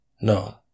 No